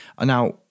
Now